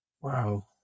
Wow